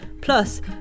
plus